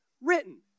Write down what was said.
written